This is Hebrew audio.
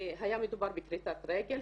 היה מדובר בכריתת רגל,